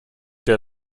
der